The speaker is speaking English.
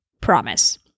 promise